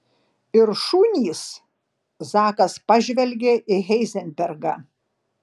ir šunys zakas pažvelgė į heizenbergą